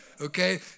Okay